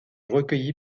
recueilli